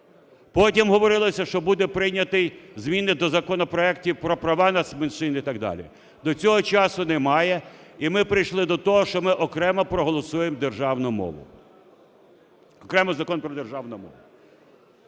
Потім говорилося, що будуть прийняті зміни до законопроектів про права нацменшин і так далі. До цього часу немає. І ми прийшли до того, що ми окремо проголосуємо державну мову, окремий Закон про державну мову.